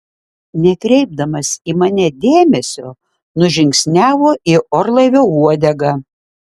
nekreipdamas į mane dėmesio nužingsniavo į orlaivio uodegą